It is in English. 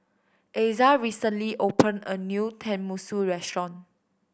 Asa recently opened a new Tenmusu Restaurant